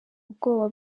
ubwoba